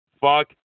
Fuck